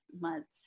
months